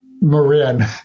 Marin